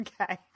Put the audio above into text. Okay